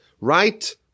right